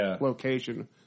location